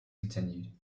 continued